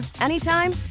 anytime